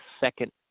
second